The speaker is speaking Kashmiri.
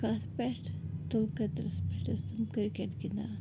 کَتھ پٮ۪ٹھ تُلکَترِس پٮ۪ٹھ ٲسۍ تِم کِرٛکَٹ گِنٛدان